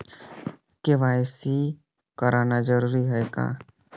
KYC कराना जरूरी है का?